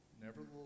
nevertheless